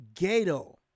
Gato